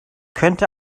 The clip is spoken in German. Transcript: könnte